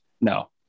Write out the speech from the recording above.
No